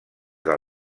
del